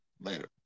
Later